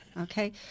okay